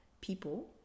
people